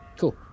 Cool